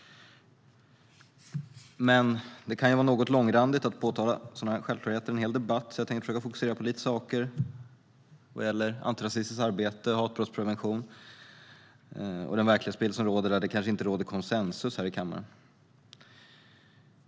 Eftersom det kan vara aningen långrandigt att påtala självklarheter under ett helt anförande tänkte jag fokusera på antirasistiskt arbete och hatbrottsprevention och den verklighetsbild som råder, de aspekter av rasism som det inte råder konsensus om i kammaren.